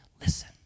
Listen